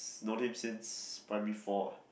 known him since primary four ah